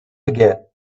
forget